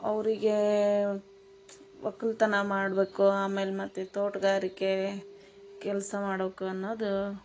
ಅವರಿಗೆ ವಕ್ಲು ತನ ಮಾಡಬೇಕು ಆಮೇಲೆ ಮತ್ತು ತೋಟಗಾರಿಕೆ ಕೆಲಸ ಮಾಡಬೇಕು ಅನ್ನೋದು